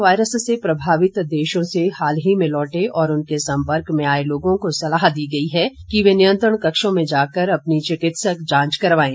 corona virus से प्रभावित देशों से हाल ही में लौटे और उनके सम्पर्क में आए लोगों को सलाह दी गई है कि वे नियंत्रण कक्षों में जाकर अपनी चिकित्सक जांच करवाएं